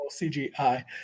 CGI